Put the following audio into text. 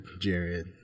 Jared